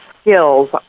skills